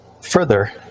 further